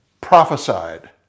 Prophesied